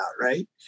right